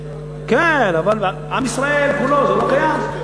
כן, אבל עם ישראל כולו, זה לא קיים.